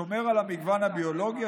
ששומר על המגוון הביולוגי,